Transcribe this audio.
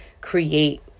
create